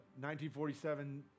1947